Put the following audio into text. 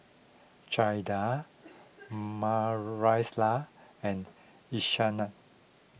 Jaeda Maricela and Ishaan